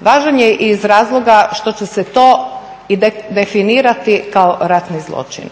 Važan je iz razloga što će se to i definirati kao ratni zločin.